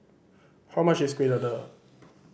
how much is Kueh Dadar